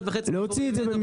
להוציא את זה.